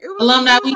alumni